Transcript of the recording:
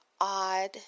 odd